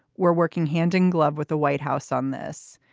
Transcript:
we're working hand in glove with the white house on this,